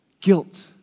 Guilt